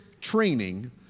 training